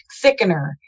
thickener